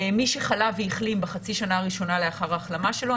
מי שחלה והחלים בחצי השנה הראשונה לאחר החלמה שלו.